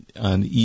on